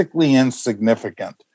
insignificant